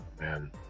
man